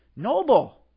Noble